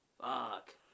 Fuck